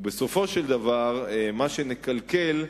בסופו של דבר, מה שנקלקל,